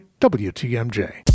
wtmj